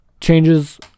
changes